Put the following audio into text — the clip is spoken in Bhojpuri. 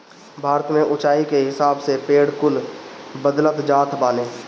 भारत में उच्चाई के हिसाब से पेड़ कुल बदलत जात बाने